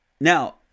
Now